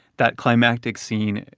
that climactic scene,